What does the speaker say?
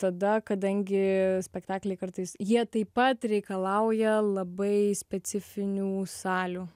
tada kadangi spektakliai kartais jie taip pat reikalauja labai specifinių salių